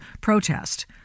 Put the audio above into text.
protest